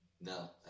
No